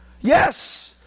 Yes